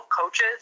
coaches